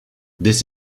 this